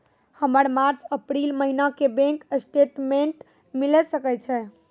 हमर March April महीना के बैंक स्टेटमेंट मिले सकय छै?